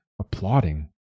applauding